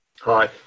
hi